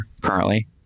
currently